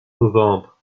novembre